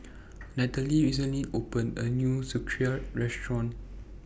Nathaly recently opened A New Sauerkraut Restaurant